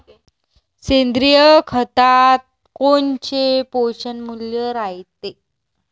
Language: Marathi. सेंद्रिय खतात कोनचे पोषनमूल्य रायते?